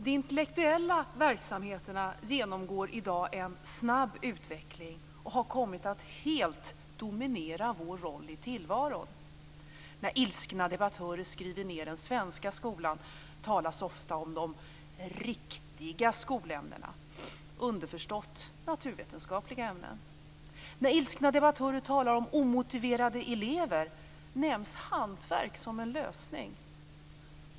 De intellektuella verksamheterna genomgår i dag en snabb utveckling och har kommit att helt dominera vår roll i tillvaron. När ilskna debattörer skriver ned den svenska skolan talas ofta om de "riktiga" skolämnena, underförstått naturvetenskapliga ämnen. När ilskna debattörer talar om omotiverade elever nämns hantverk som en lösning.